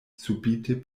subite